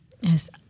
Yes